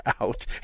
out